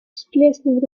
всплеснув